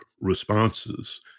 responses